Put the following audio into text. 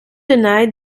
denied